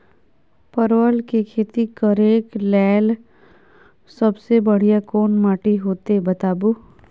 परवल के खेती करेक लैल सबसे बढ़िया कोन माटी होते बताबू?